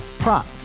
Prop